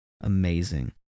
amazing